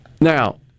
Now